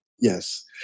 Yes